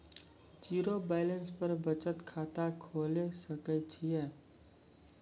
Zero balance पर बचत खाता खोले सकय छियै?